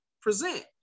present